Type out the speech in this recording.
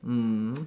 mm